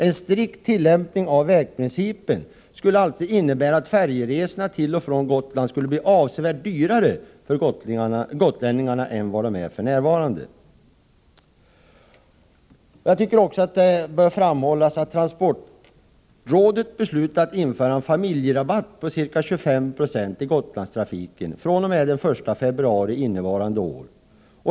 En strikt tillämpning av vägprincipen skulle alltså innebära att färjeresorna till och från Gotland skulle bli avsevärt dyrare för gotlänningarna än vad de är för närvarande. Jag tycker också att det bör framhållas att transportrådet beslutat införa en familjerabatt på ca 25 90 för Gotlandstrafiken fr.o.m. den 1 februari i år.